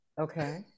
Okay